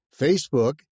Facebook